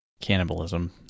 cannibalism